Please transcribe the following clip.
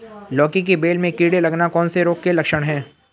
लौकी की बेल में कीड़े लगना कौन से रोग के लक्षण हैं?